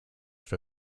for